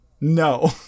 No